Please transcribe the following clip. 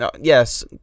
Yes